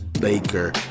baker